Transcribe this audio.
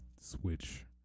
Switch